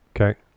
Okay